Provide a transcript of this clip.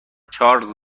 چارلز